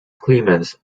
clemens